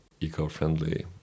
eco-friendly